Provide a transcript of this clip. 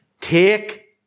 Take